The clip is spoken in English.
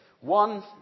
One